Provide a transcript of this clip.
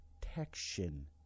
protection